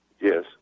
Yes